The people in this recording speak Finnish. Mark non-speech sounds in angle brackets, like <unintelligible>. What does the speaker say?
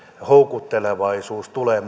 houkuttelevuus tulee <unintelligible>